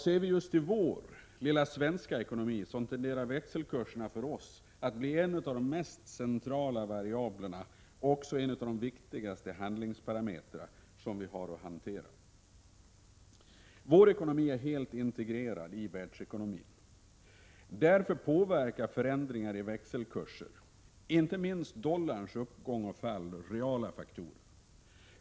Ser vi till vår lilla svenska ekonomi, finner vi att växelkurserna för oss tenderar att bli en av de mest centrala variablerna och en av de viktigaste handlingsparametrar som vi har att hantera. Vår ekonomi är helt integrerad i världsekonomin. Därför påverkar förändringar i växelkurser, inte minst dollarns uppgång och fall, reala faktorer.